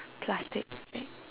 plastic bag